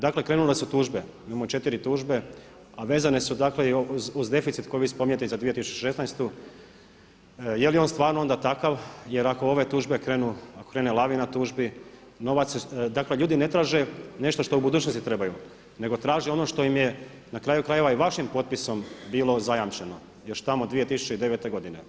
Dakle krenule su tužbe, imamo 4 tužbe a vezane su dakle i uz deficit koji vi spominjete i za 2016. je li on stvarno onda takav, jer ako ove tužbe krenu, ako krene lavina tužbi, dakle ljudi ne traže nešto što u budućnosti trebaju, nego traže ono što im je na kraju krajeva i vašim potpisom bilo zajamčeno još tamo 2009. godine.